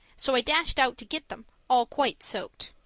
so i dashed out to get them, all quite soaked.